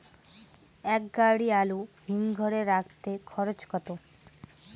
এক গাড়ি আলু হিমঘরে রাখতে খরচ কত?